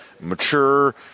mature